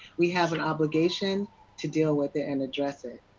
we have an obligation to deal with it and address it.